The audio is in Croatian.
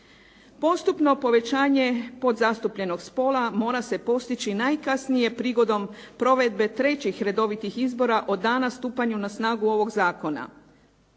Postupno povećanje podzastupljenog spola mora se postići najkasnije prigodom provedbe trećih redovitih izbora od dana stupanja na snagu ovog zakona,